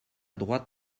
droite